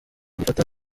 dufata